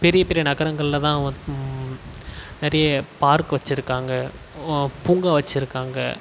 பெரிய பெரிய நகரங்களில் தான் நிறைய பார்க் வச்சிருக்காங்க உ பூங்கா வச்சிருக்காங்க